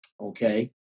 Okay